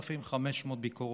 בוצעו 3,500 ביקורות,